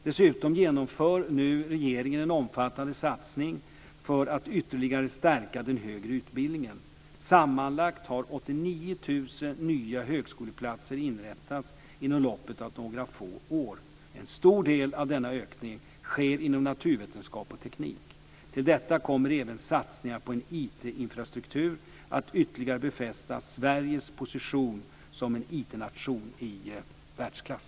Dessutom genomför nu regeringen en omfattande satsning för att ytterligare stärka den högre utbildningen. Sammanlagt har 89 000 nya högskoleplatser inrättats inom loppet av några få år. En stor del av denna ökning sker inom naturvetenskap och teknik. Till detta kommer även satsningar på en IT-infrastruktur att ytterligare befästa Sveriges position som en IT-nation i världsklass.